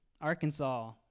Arkansas